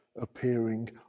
appearing